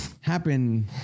happen